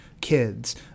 kids